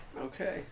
Okay